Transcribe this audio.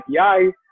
api